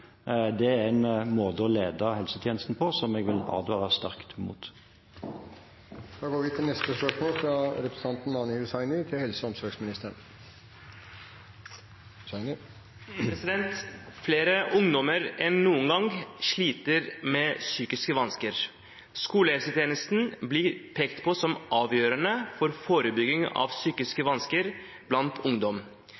er en måte å lede helsetjenesten på som jeg advarer sterkt imot. «Flere ungdommer enn noen gang sliter med psykiske vansker. Skolehelsetjenesten blir pekt på som avgjørende for forebygging av psykiske